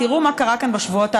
תראו מה קרה כאן בשבועות האחרונים: